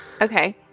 Okay